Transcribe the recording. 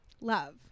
Love